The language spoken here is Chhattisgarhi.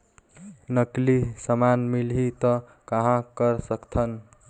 नकली समान मिलही त कहां कर सकथन?